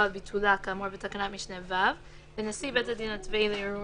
או על ביטולה כאמור בתקנת משנה (ו) לנשיא בית הדין הצבאי לערעורים,